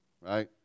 Right